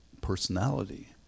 personality